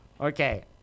Okay